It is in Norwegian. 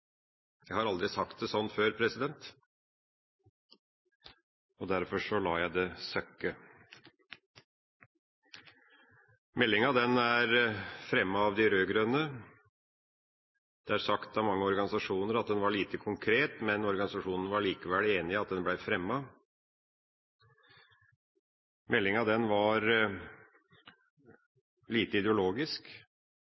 Jeg har aldri sagt det sånn før, og derfor lar jeg det søkke. Meldinga er fremmet av de rød-grønne. Det ble sagt av mange organisasjoner at den var lite konkret, men organisasjonene var likevel enig i at den ble fremmet. Meldinga var lite ideologisk, men den